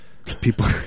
people